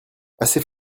assez